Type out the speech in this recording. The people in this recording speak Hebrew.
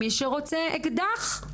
מי שרוצה אקדח,